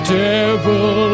devil